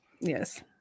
Yes